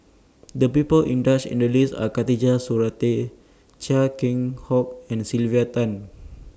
The People in Does in The list Are Khatijah Surattee Chia Keng Hock and Sylvia Tan